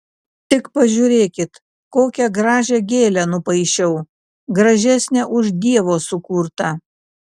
tik pažiūrėkit kokią gražią gėlę nupaišiau gražesnę už dievo sukurtą